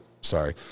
sorry